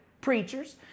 preachers